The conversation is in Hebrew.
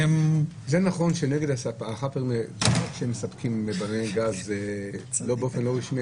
--- זה נכון שנגד החאפרים שמספקים בלוני גז באופן לא רשמי,